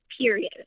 period